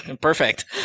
Perfect